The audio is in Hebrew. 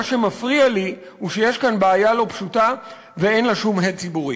מה שמפריע לי הוא שיש כאן בעיה לא פשוטה ואין לה שום הד ציבורי.